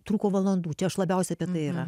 trūko valandų čia aš labiausiai apie tai yra